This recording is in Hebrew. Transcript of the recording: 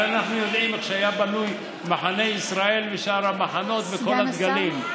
אנחנו יודעים איך היה בנוי מחנה ישראל ושאר המחנות וכל הדגלים.